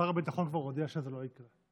שר הביטחון כבר הודיע שזה לא יקרה.